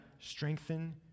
strengthen